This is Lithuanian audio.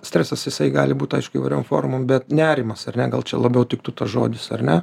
stresas jisai gali būt aišku įvairiom formom bet nerimas ar ne gal čia labiau tiktų tas žodis ar ne